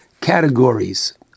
categories